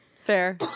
Fair